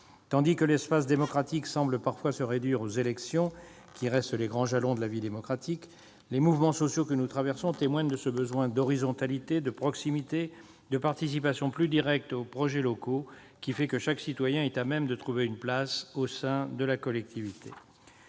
Tandis que l'espace démocratique semble parfois se réduire aux élections, qui restent les grands jalons de la vie démocratique, les mouvements sociaux que nous traversons témoignent d'un besoin d'horizontalité, de proximité, de participation plus directe aux projets locaux, permettant à chaque citoyen de trouver sa place au sein de la collectivité.